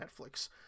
Netflix